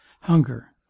hunger